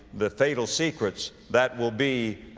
the fatal secrets that will be,